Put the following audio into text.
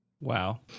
Wow